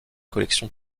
collections